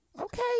Okay